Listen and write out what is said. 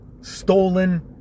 stolen